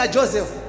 Joseph